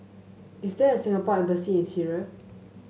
is there a Singapore Embassy in Syria